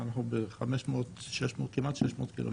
זאת אומרת שאנחנו כמעט בכמעט 600 קילומטר.